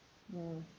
mm